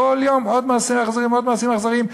כל יום עוד מעשים אכזריים ועוד מעשים אכזריים.